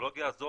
הטכנולוגיה הזו,